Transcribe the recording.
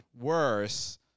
worse